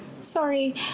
sorry